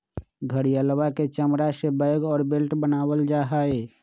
घड़ियलवा के चमड़ा से बैग और बेल्ट बनावल जाहई